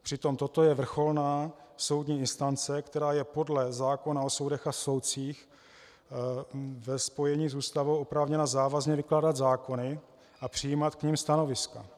Přitom toto je vrcholná soudní instance, která je podle zákona o soudech a soudcích ve spojení s Ústavou oprávněna závazně vykládat zákony a přijímat k nim stanoviska.